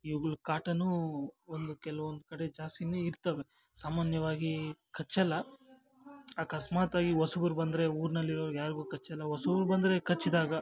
ಇವ್ಗಳ ಕಾಟನೂ ಒಂದು ಕೆಲ್ವೊಂದು ಕಡೆ ಜಾಸ್ತಿನೇ ಇರ್ತವೆ ಸಾಮಾನ್ಯವಾಗಿ ಕಚ್ಚಲ್ಲ ಅಕಸ್ಮಾತ್ತಾಗಿ ಹೊಸ್ಬುರ್ ಬಂದರೆ ಊರ್ನಲ್ಲಿರೋರು ಯಾರಿಗೂ ಕಚ್ಚಲ್ಲ ಹೊಸ್ಬುರ್ ಬಂದರೆ ಕಚ್ಚಿದಾಗ